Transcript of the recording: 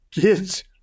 kids